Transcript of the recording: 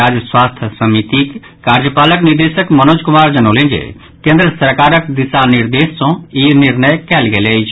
राज्य स्वास्थ्य समितिक कार्यपालक निदेशक मनोज कुमार जनौलनि जे केन्द्र सरकारक दिशा निर्देश सँ ई निर्णय कयल गेल अछि